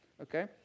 okay